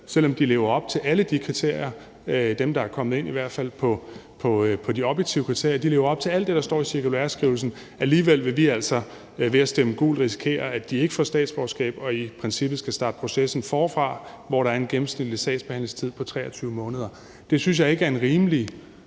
selv om de lever op til de kriterier – i hvert fald dem, der er kommet ind på de objektive kriterier – der står i cirkulæreskrivelsen. Alligevel vil vi altså ved at stemme gult risikere, at de ikke får statsborgerskab og i princippet skal starte processen forfra, hvor der er en gennemsnitlig sagsbehandlingstid på 23 måneder. Jeg synes ikke det er en rimelig